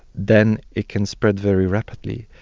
then it can spread very rapidly.